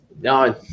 No